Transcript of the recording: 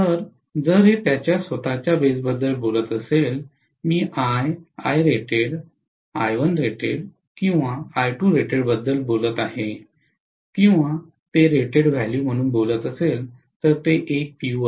तर जर हे त्याच्या स्वतःच्या बेसबद्दल बोलत असेल मी आय I1rated किंवा I2rated बद्दल बोलत आहे किंवा ते रेटेड व्हॅल्यू म्हणून बोलत असेल तर ते 1 p